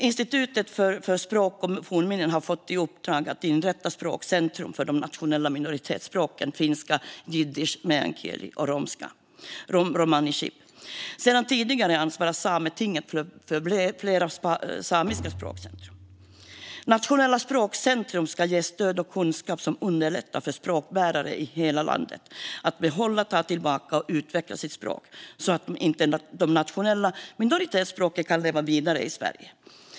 Institutet för språk och folkminnen har fått i uppdrag att inrätta språkcentrum för de nationella minoritetsspråken finska, jiddisch, meänkieli och romani chib. Sedan tidigare ansvarar Sametinget för flera samiska språkcentrum. Nationella språkcentrum ska ge stöd och kunskap som underlättar för språkbärare i hela landet att behålla, ta tillbaka och utveckla sitt språk så att de nationella minoritetsspråken kan leva vidare i Sverige.